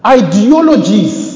ideologies